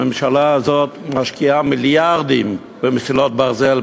הממשלה הזאת משקיעה מיליארדים במסילות ברזל,